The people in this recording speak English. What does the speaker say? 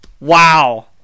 Wow